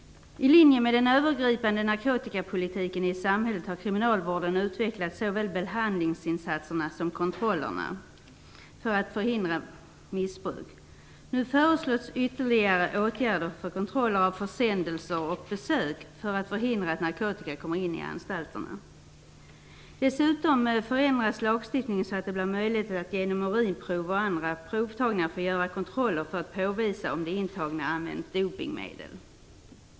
I linje med den övergripande narkotikapolitiken i samhället har kriminalvården utvecklat såväl behandlingsinsatser som kontroller för att förhindra missbruk. Nu föreslås ytterligare åtgärder för kontroller av försändelser och besök för att förhindra att narkotika kommer in på anstalterna. Dessutom förändras lagstiftningen så att det blir möjligt att genom urinprov och andra provtagningar få göra kontroller för att påvisa om de intagna använt dopningmedel.